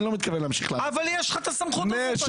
אני לא מתכוון להמשיך --- אבל יש לך את הסמכות הזאת היום.